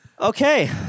Okay